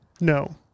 no